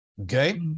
Okay